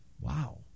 wow